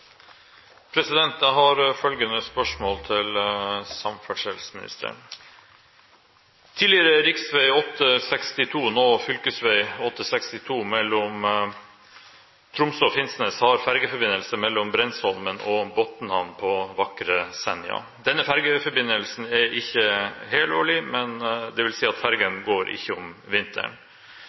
nå fv. 862 mellom Tromsø og Finnsnes, har fergeforbindelse mellom Brensholmen og Botnhamn på Senja. Denne fergeforbindelsen er ikke helårig, dvs. fergen går ikke om vinteren.